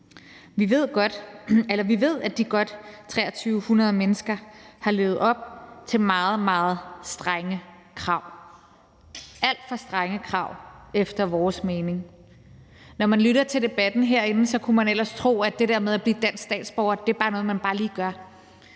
Vi ved, at de godt 2.300 mennesker har levet op til meget, meget strenge krav – alt for strenge krav efter vores mening. Når man lytter til debatten herinde, kunne man ellers tro, at det der med at blive dansk statsborger bare er noget, man bare lige gør.